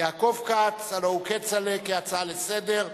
יעקב כץ, הלוא הוא כצל'ה, כהצעה לסדר-היום.